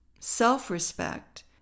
self-respect